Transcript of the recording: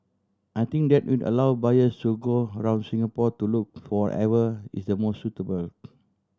I think that will allow buyers to go around Singapore to look for ever is the most suitable